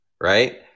right